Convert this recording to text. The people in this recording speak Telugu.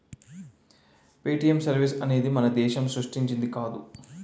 పేటీఎం సర్వీస్ అనేది మన దేశం సృష్టించింది కాదు